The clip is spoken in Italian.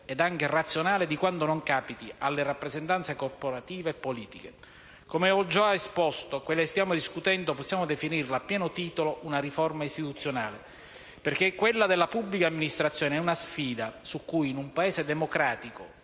ed anche razionale, di quanto non capiti alle rappresentanze corporative e politiche. Come ho già esposto, quella che stiamo discutendo possiamo definirla a pieno titolo una riforma istituzionale, perché quella della pubblica amministrazione è una sfida su cui, in un Paese democratico